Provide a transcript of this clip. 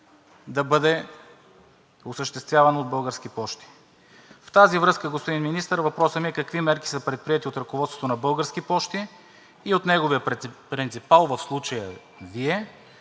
от куриерските услуги от „Български пощи“. В тази връзка, господин Министър, въпросът ми е: какви мерки са предприети от ръководството на „Български пощи“ и от неговия принципал, в случая Вие,